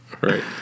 right